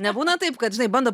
nebūna taip kad žinai bando